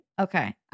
okay